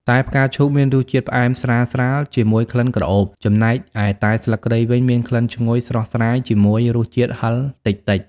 តែផ្កាឈូកមានរសជាតិផ្អែមស្រាលៗ ជាមួយក្លិនក្រអូប ចំណែកឯតែស្លឹកគ្រៃវិញមានក្លិនឈ្ងុយស្រស់ស្រាយជាមួយរសជាតិហិរតិចៗ។